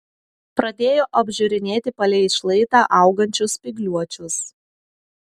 pradėjo apžiūrinėti palei šlaitą augančius spygliuočius